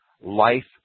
life